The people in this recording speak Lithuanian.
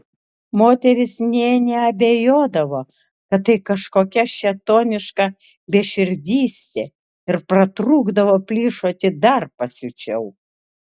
moterys nė neabejodavo kad tai kažkokia šėtoniška beširdystė ir pratrūkdavo plyšoti dar pasiučiau